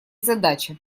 задача